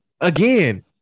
again